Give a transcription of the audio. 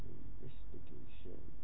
investigation